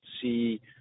see